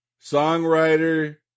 songwriter